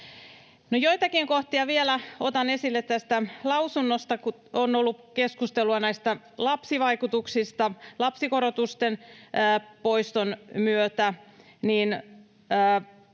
joitakin kohtia vielä otan esille tästä lausunnosta, kun on ollut keskustelua näistä lapsivaikutuksista lapsikorotusten poiston myötä.